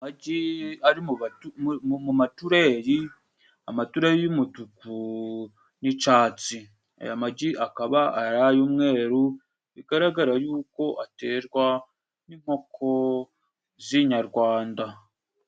Amagi ari mu matureyi amatureyi y'umutuku n'icatsi . Aya magi akaba ari ay'umweru bigaragara y'uko aterwa n'inkoko z'inyarwanda.